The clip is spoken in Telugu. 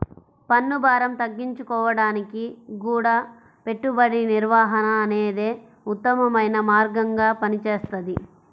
పన్నుభారం తగ్గించుకోడానికి గూడా పెట్టుబడి నిర్వహణ అనేదే ఉత్తమమైన మార్గంగా పనిచేస్తది